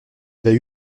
avait